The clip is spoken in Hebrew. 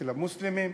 אצל המוסלמים,